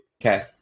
okay